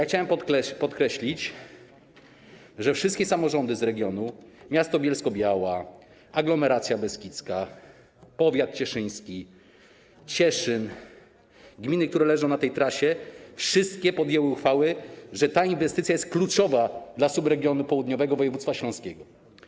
Chciałem podkreślić, że wszystkie samorządy z regionu, miasto Bielsko-Biała, Aglomeracja Beskidzka, powiat cieszyński, Cieszyn, gminy, które leżą na tej trasie, podjęły uchwały, że ta inwestycja jest kluczowa dla subregionu południowego województwa śląskiego.